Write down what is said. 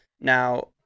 Now